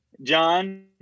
John